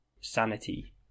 Sanity